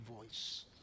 voice